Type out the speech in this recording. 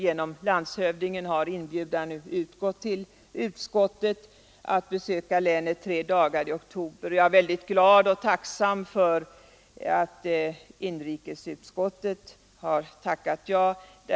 Genom landshövdingen har inbjudan nu utgått till utskottet att besöka länet tre dagar i oktober, och jag är väldigt glad och tacksam över att inrikesutskottet har tackat ja.